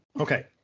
okay